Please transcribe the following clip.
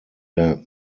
der